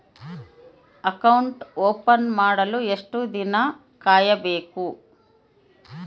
Account open ಮಾಡಲು ಎಷ್ಟು ದಿನ ಕಾಯಬೇಕು?